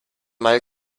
mal